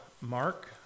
Mark